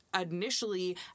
initially